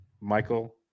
Michael